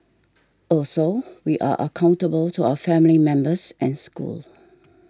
also we are accountable to our family members and school